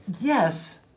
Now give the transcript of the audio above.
Yes